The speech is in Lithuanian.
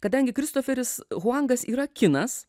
kadangi kristoferis huangas yra kinas